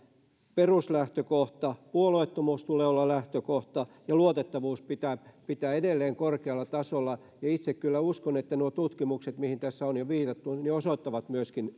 peruslähtökohta puolueettomuuden tulee olla lähtökohta ja luotettavuus pitää pitää edelleen korkealla tasolla itse kyllä uskon että nuo tutkimukset joihin tässä on jo viitattu osoittavat myöskin